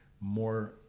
more